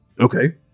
Okay